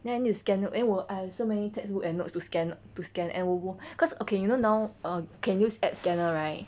then I need to scan note 因为我 I have so many textbook and notes to scan to scan and 我 cause okay you know now err can use app scanner right